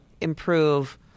improve